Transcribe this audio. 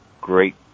great